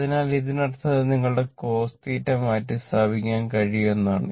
അതിനാൽ ഇതിനർത്ഥം ഇത് നിങ്ങളുടെ cos θ മാറ്റിസ്ഥാപിക്കാൻ കഴിയും എന്നാണ്